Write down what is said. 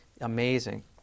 Amazing